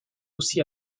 aussi